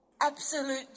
absolute